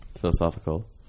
philosophical